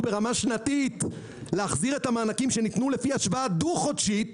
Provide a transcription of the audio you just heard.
ברמה שנתית להחזיר את המענקים שניתנו לפי השווה דו-חודשית,